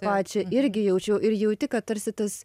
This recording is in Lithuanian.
pačią irgi jaučiu ir jauti kad tarsi tas